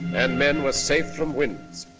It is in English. and men were safe from winds.